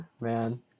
Man